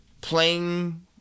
playing